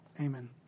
Amen